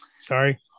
Sorry